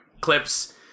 clips –